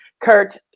Kurt